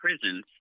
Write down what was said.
prisons